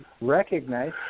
recognize